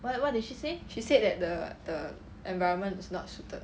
she said that the the environment is not suited